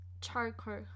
Charcoal